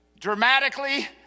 dramatically